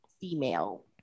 female